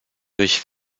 durch